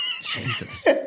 Jesus